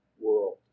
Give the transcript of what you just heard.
world